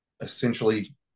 essentially